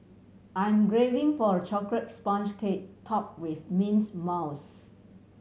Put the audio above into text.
I'm graving for a chocolate sponge cake top with mints mousse